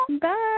Bye